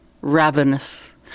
ravenous